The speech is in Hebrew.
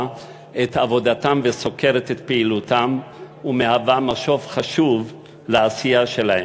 את עבודתם וסוקרת את פעילותם ומהווה משוב חשוב לעשייה שלהם.